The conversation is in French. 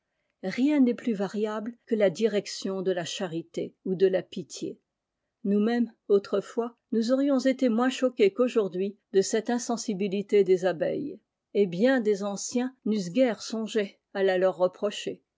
rien n'est plus variable que la direction de la charité ou de la pitié nousmêr es autrefois nous aurions été moins choqué qu'aujourd'hui de cette insensibilité des abeilles et bien des anciens n'eussent guère songé à la leur reprocher